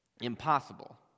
impossible